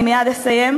אני מייד אסיים.